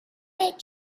that